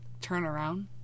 turnaround